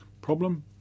problem